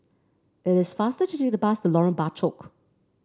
it is faster to take the bus to Lorong Bachok